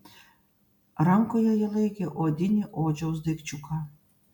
rankoje ji laikė odinį odžiaus daikčiuką